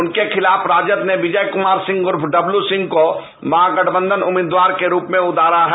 उनके खिलाफ राजद ने विजय कुमार सिंह उर्फ डब्लयू सिंह को महा गठबंधन उम्मीदवार के रुप में उतारा है